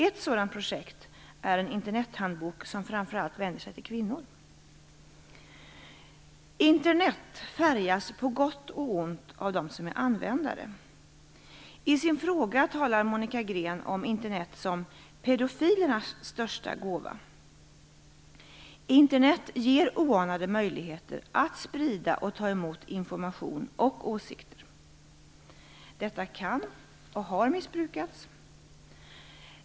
Ett sådant projekt är en Internethandbok som framför allt vänder sig till kvinnor. Internet färgas på gott och ont av dem som är användare. I sin fråga talar Monica Green om Internet som "pedofilernas största gåva". Internet ger oanade möjligheter att sprida och ta emot information och åsikter. Detta kan och har missbrukats.